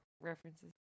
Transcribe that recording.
references